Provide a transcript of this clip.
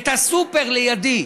את הסופר לידי,